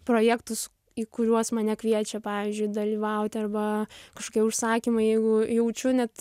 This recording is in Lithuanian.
projektus į kuriuos mane kviečia pavyzdžiui dalyvauti arba kažkokie užsakymai jeigu jaučiu net